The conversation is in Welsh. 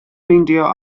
meindio